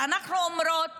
ואנחנו אומרות